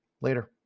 Later